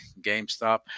GameStop